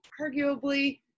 arguably